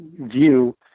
view